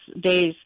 days